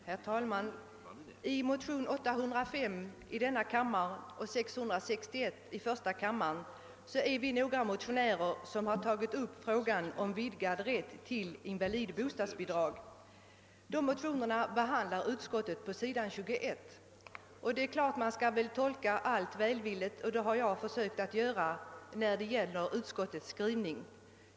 Herr talman! I motionen II: 805 och I: 661 är vi några motionärer som tagit upp frågan om vidgad rätt till invalidbostadsbidrag. Dessa motioner behandlar utskottet på s. 21 i utlåtandet. Naturligtvis bör man tolka allt så välvilligt som möjligt, och detta har jag också försökt göra med utskottets skrivning.